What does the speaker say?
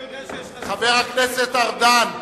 אני יודע, חבר הכנסת ארדן,